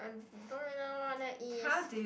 I don't really know what that is